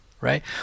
right